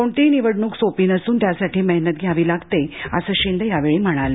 कोणतीही निवडणुक सोपी नसून त्यासाठी मेहनत घ्यावी लागते असं शिन्दे यावेळी म्हणाले